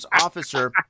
officer